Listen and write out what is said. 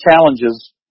challenges